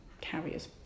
carriers